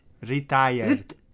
Retired